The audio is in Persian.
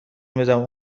میدم